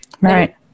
Right